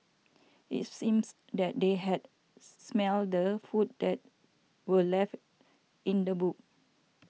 it seems that they had smelt the food that were left in the boot